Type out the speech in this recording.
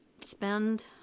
spend